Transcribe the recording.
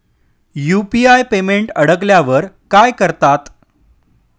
UPI payment अडकल्यावर काय करतात?